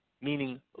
meaning